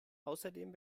außerdem